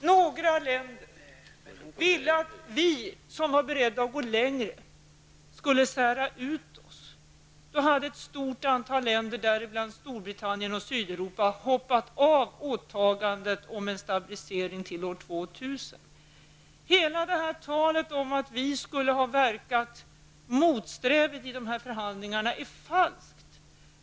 Några länder ville att vi som var beredda att gå längre skulle följa en egen linje. Då hade ett stort antal länder, däribland Storbritannien och några sydeuropeiska länder, hoppat av åtagandet om en stabilisering till år 2000. Allt tal om att vi skulle ha varit motsträviga vid förhandlingarna är falskt.